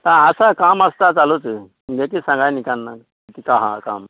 सा आसा काम आसता चालूच तुमगे कित सांगा न्ही केन्ना कित आहा काम